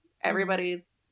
everybody's